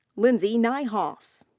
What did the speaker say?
lindsey nyhof.